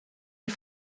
die